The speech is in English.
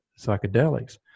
psychedelics